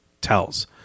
tells